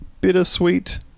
bittersweet